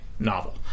Novel